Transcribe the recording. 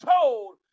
told